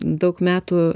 daug metų